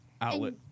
outlet